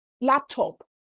laptop